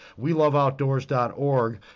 weloveoutdoors.org